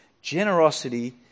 Generosity